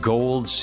Gold